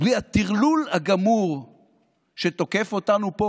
בלי הטרלול הגמור שתוקף אותנו פה